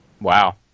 Wow